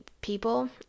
people